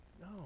No